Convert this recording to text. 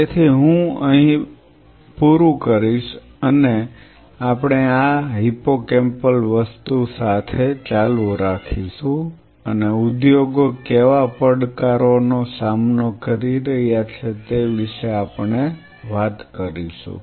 તેથી હું અહીં પૂરું કરીશ અને આપણે આ હિપ્પોકેમ્પલ મુદ્દા સાથે શરુ કરીશું અને ઉદ્યોગો કેવા પડકારોનો સામનો કરી રહ્યા છે તે વિશે પણ આપણે વાત કરીશું